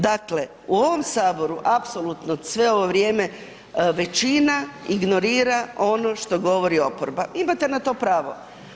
Dakle, u ovom Saboru apsolutno sve ovo vrijeme većina ignorira ono što govori oporba, imate na to pravo.